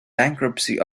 bankruptcy